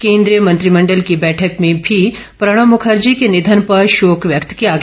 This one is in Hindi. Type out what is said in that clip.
केंद्रीय मंत्रिमंडल की बैठक में भी प्रणब मुखर्जी के निधन पर शोक व्यक्त किया गया